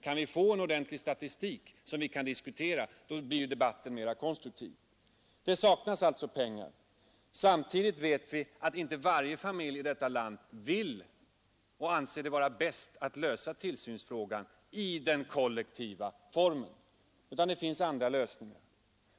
Fick vi en ordentlig statistik, blev debatten mera konstruktiv. Det saknas alltså pengar. Samtidigt vet vi att inte varje familj i detta land anser det vara bäst att lösa tillsynsproblemet i den kollektiva formen. Det finns andra lösningar.